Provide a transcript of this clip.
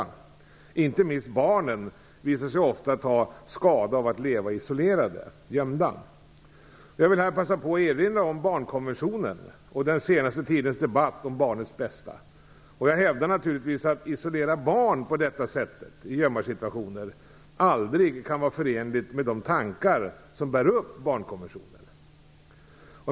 Det gäller inte minst barnen, som ofta visat sig ta skada av att leva isolerade, gömda. Jag vill här passa på att erinra om barnkonventionen och den senaste tidens debatt om barnets bästa. Jag hävdar naturligtvis att isoleringen av barn i gömmarsituationer aldrig kan vara förenligt med de tankar som bär upp barnkonventionen.